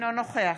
אינו נוכח